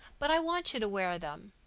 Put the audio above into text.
but i want you to wear them.